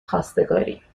خواستگاری